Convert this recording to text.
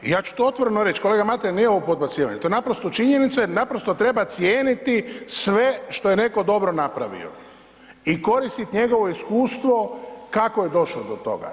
I ja ću to otvoreno reći, kolega Mateljan nije ovo podbacivanje to je naprosto činjenica jer naprosto treba cijeniti sve što je netko dobro napravio i koristit njegovo iskustvo kako je došo do toga.